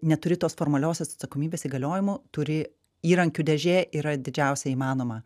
neturi tos formalios atsakomybės įgaliojimų turi įrankių dėžė yra didžiausia įmanoma